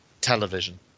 television